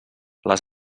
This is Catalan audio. les